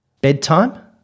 bedtime